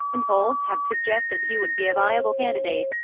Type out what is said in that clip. and polls have suggested he would be a viable candidate,